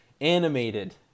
animated